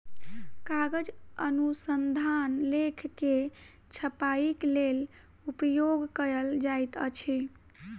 कागज अनुसंधान लेख के छपाईक लेल उपयोग कयल जाइत अछि